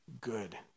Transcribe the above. good